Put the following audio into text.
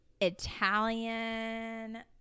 Italian